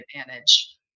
advantage